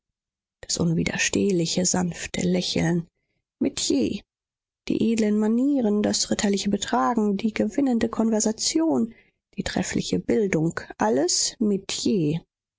das unwiderstehliche sanfte lächeln metier die edeln manieren das ritterliche betragen die gewinnende konversation die treffliche bildung alles metier